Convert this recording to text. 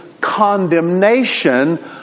condemnation